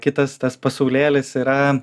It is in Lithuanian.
kitas tas pasaulėlis yra